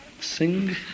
sing